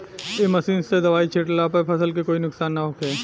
ए machine से दवाई छिटला पर फसल के कोई नुकसान ना होखे